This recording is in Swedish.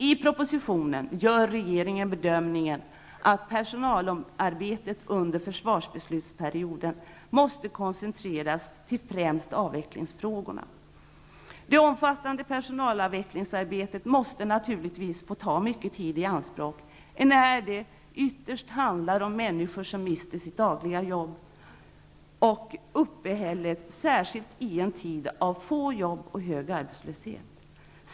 I propositionen gör regeringen bedömningen att personalarbetet under försvarsbeslutsperioden måste koncentreras till främst avvecklingsfrågorna. Det omfattande personalavvecklingsarbetet måste naturligtvis få ta mycket tid i anspråk, enär det ytterst handlar om människor som mister sitt dagliga arbete och uppehälle, särskilt i en tid med få arbeten och hög arbetslöshet.